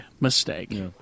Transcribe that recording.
mistake